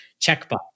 checkbox